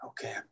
okay